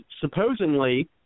supposedly